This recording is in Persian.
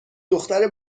دختر